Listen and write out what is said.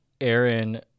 Aaron